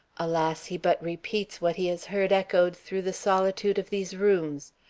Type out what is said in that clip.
alas! he but repeats what he has heard echoed through the solitude of these rooms.